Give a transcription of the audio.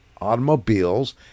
Automobiles